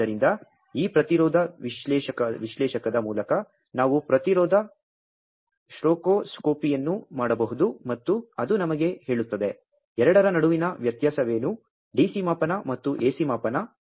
ಆದ್ದರಿಂದ ಈ ಪ್ರತಿರೋಧ ವಿಶ್ಲೇಷಕದ ಮೂಲಕ ನಾವು ಪ್ರತಿರೋಧ ಸ್ಪೆಕ್ಟ್ರೋಸ್ಕೋಪಿಯನ್ನು ಮಾಡಬಹುದು ಮತ್ತು ಅದು ನಮಗೆ ಹೇಳುತ್ತದೆ ಎರಡರ ನಡುವಿನ ವ್ಯತ್ಯಾಸವೇನು DC ಮಾಪನ ಮತ್ತು AC ಮಾಪನ